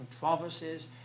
controversies